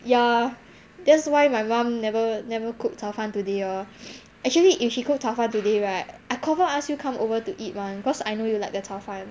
ya that's why my mum never never cook 炒饭 today orh actually if she cook 炒饭 today right I confirm ask you come over to eat [one] cause I know you like the 炒饭